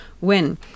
win